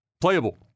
playable